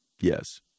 Yes